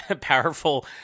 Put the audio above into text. powerful